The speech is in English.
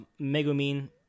Megumin